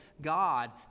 God